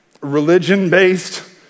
religion-based